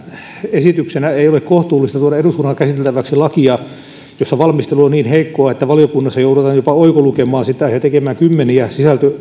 esityksenä ei ole kohtuullista tuoda eduskunnalle käsiteltäväksi lakia jossa valmistelu on niin heikkoa että valiokunnassa joudutaan jopa oikolukemaan sitä ja tekemään kymmeniä